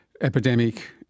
epidemic